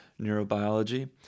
neurobiology